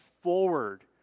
forward